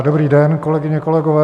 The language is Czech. Dobrý den, kolegyně, kolegové.